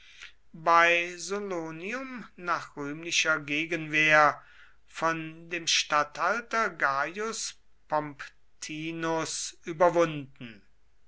bei solonium nach rühmlicher gegenwehr von dem statthalter gaius pomptinus überwunden